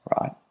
right